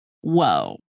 Whoa